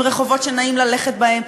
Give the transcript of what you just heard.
עם רחובות שנעים ללכת בהם,